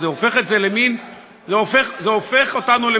זה הופך את זה למין, זה הופך אותנו,